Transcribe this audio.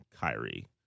Kyrie